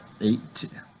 Eight